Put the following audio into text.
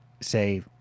say